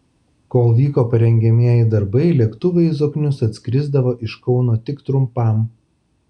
kol vyko parengiamieji darbai lėktuvai į zoknius atskrisdavo iš kauno tik trumpam